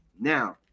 Now